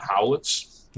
howlets